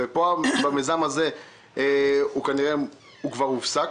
המיזם הזה כבר הופסק,